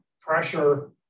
pressure